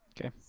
Okay